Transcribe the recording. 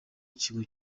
ikigo